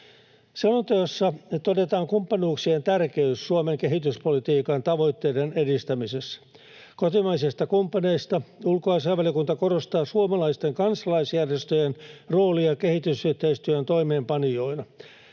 Selonteossa todetaan kumppanuuksien tärkeys Suomen kehityspolitiikan tavoitteiden edistämisessä. Kotimaisista kumppaneista ulkoasiainvaliokunta korostaa suomalaisten kansalaisjärjestöjen roolia kehitysyhteistyön toimeenpanijoina.